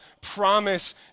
promise